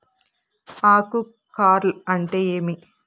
ఆకు కార్ల్ అంటే ఏమి?